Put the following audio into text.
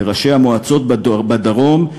וראשי המועצות בדרום,